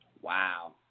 Wow